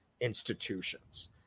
institutions